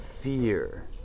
fear